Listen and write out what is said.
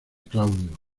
claudio